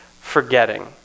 forgetting